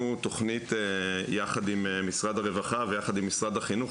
תוכנית יחד עם משרד הרווחה ויחד עם משרד החינוך,